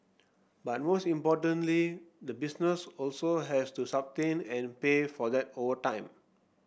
but most importantly the business also has to sustain and pay for that over time